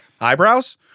eyebrows